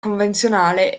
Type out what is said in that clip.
convenzionale